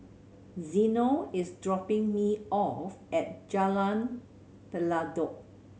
Zeno is dropping me off at Jalan Pelatok